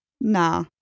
Nah